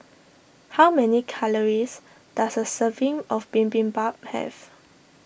how many calories does a serving of Bibimbap have